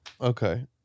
Okay